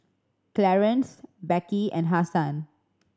Clarance Beckie and Hasan